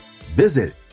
Visit